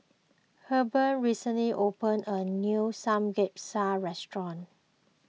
Hebert recently opened a new Samgeyopsal restaurant